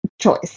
choice